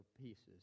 pieces